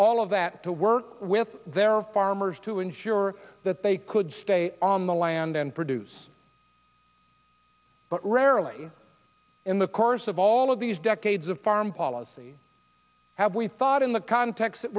all of that to work with their farmers to ensure that they could stay on the land and produce but rarely in the course of all of these decades of foreign policy have we thought in the context